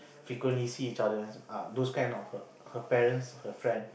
frequently see each other ah those kind of her her parents her friend